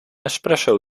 espresso